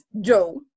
Joe